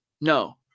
No